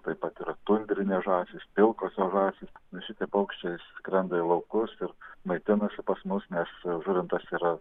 tai pat yra tundrinės žąsys pilkosios žąsys na šitie paukščiai išskrenda į laukus ir maitinasi pas mus nes žuvintas yra